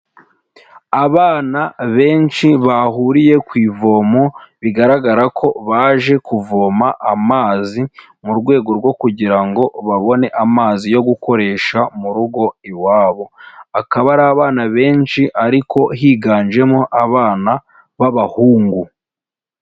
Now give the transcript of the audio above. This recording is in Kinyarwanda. Abana benshi bahuriye ku ivomo bigaragara ko baje kuvoma amazi mu rwego rwo kugira ngo babone amazi yo gukoresha mu rugo iwabo, akaba ari abana benshi ariko higanjemo abana b'abahungu.